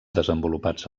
desenvolupats